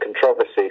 controversy